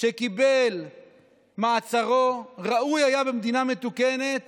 שקיבל מעצרו, ראוי היה שבמדינה מתוקנת